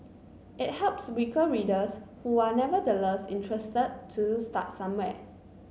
it helps weaker readers who are nevertheless interested to start somewhere